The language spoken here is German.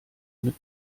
mit